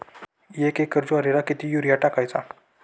एक एकर ज्वारीला किती युरिया टाकायचा?